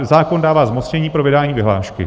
Zákon dává zmocnění pro vydání vyhlášky.